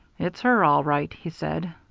it's her all right, he said.